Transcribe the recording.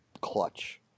clutch